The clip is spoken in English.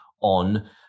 on